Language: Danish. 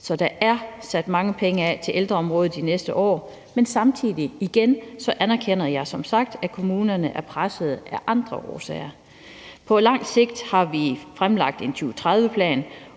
Så der er sat mange penge af til ældreområdet næste år, men samtidig anerkender jeg igen som sagt, at kommunerne er pressede af andre årsager. På lang sigt har vi fremlagt en 2030-plan,